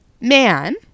man